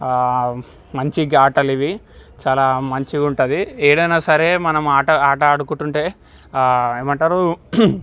మంచి ఆటలు ఇవి చాలా మంచిగుంటుంది ఏదైనా సరే మనం ఆటలు ఆట ఆడుకుంటుంటే ఏమంటారు